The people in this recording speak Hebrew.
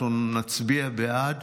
אנחנו נצביע בעד.